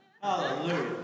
Hallelujah